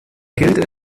gilt